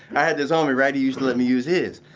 i had this homie, right? he used to let me use his.